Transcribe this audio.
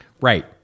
Right